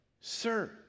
Sir